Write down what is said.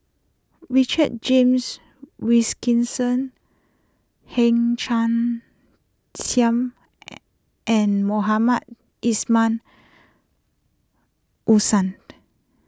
Richard James Wilkinson Hang Chang Chieh and Mohamed Ismail Hussain